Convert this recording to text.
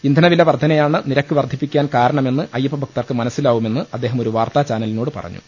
ഇന്ധനവില വർധനയാണ് നിരക്ക് വർധിപ്പിക്കാൻ കാര ണമെന്ന് അയ്യപ്പ ഭക്തർക്ക് മനസ്സിലാവുമെന്ന് അദ്ദേഹം ഒരു വാർത്താചാനലിനോട് പറഞ്ഞു